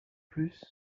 plus